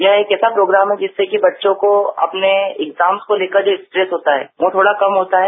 ये एक ऐसा प्रोग्राम है जिससे कि बच्चों को अपने एग्जाम्स को लेकर जो स्ट्रेस होता है वो थोड़ा कम होता है